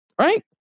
right